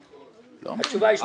אני אברר עם